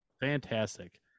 fantastic